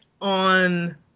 on